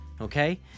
okay